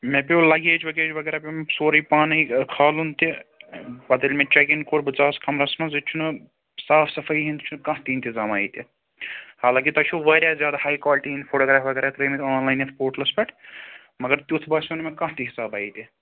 مےٚ پیٛو لگیج وگیج وغیرہ پیٛو مےٚ سورٕے پانَے کھالُن تہِ ٲں پتہٕ ییٚلہِ مےٚ چیٚک اِن کوٚر بہٕ ژاس کمرس منٛز ییٚتہِ چھُنہٕ صاف صفٲیی ہنٛد تہِ چھُنہٕ کانٛہہ تہِ انتظامہ ییٚتہِ حالانکہِ تۄہہِ چھُو وارِیاہ زیادٕ ہاے کوالٹی ہنٛدۍ فوٹوگرٛاف وغیرہ ترٛٲیمِتۍ آنلایَن یَتھ پوٹلَس پٮ۪ٹھ مگر تیٛتھ باسیٛوو نہٕ مےٚ کانٛہہ تہِ حِسابہ ییٚتہِ